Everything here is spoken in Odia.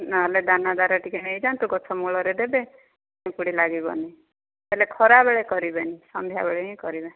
ନହେଲେ ଦାନାଦାର ଟିକେ ନେଇଯାଆନ୍ତୁ ଗଛ ମୂଳରେ ଦେବେ ପିମ୍ପୁଡ଼ି ଲାଗିବନି ହେଲେ ଖରା ବେଳେ କରିବେନି ସନ୍ଧ୍ୟା ବେଳେ ହିଁ କରିବେ